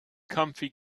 comfy